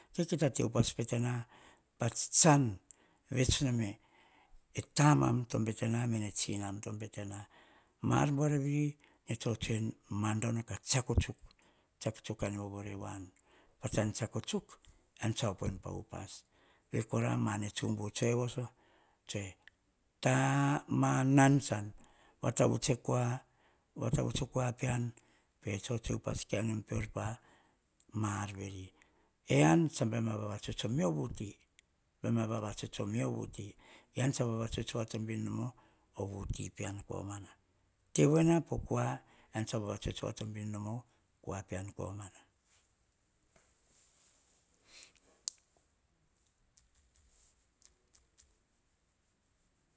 Tete ta upas bete na patsitsan vets nome, e tamam to bete na mene tsinam to bete na. Maar buar veri nene tsotsoe nu. Madono ka tsiako tsuk ar nene vovore voanu. Pa tsan tsiako tsuk, en tsa o poem pa upas. Vei kora, ma ar ne tsubu tsoe voso. Tsoe, ta-ma nom tsan. Vatavut o kua, vatavuts o kua pean. Pe tsotsoe upas kai nom peor pama ar veri. Ean tsa baim a vavatuts o mio vuti. Boum a vavatuts o mio vuti, ean tsa vavatuts komana nom o vuti pean. Tevoena po kua, ean tsa vavatuuts komana nom o kua pean.